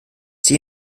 sie